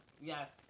Yes